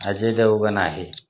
अजय देवगण आहे